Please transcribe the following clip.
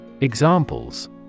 Examples